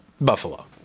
Buffalo